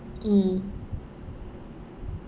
mm